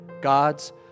God's